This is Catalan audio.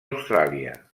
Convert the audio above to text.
austràlia